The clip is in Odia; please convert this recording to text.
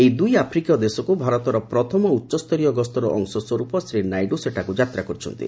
ଏହି ଦୁଇ ଆଫ୍ରିକୀୟ ଦେଶକୁ ଭାରତର ପ୍ରଥମ ଉଚ୍ଚସ୍ତରୀୟ ଗସ୍ତର ଅଂଶ ସ୍ୱରୂପ ଶ୍ରୀ ନାଇଡୁ ସେଠାକୁ ଯାତ୍ରା କରିଛନ୍ତି